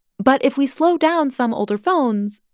but if we slow down some older phones,